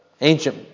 ancient